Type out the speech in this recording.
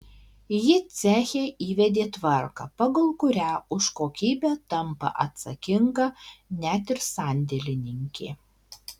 ji ceche įvedė tvarką pagal kurią už kokybę tampa atsakinga net ir sandėlininkė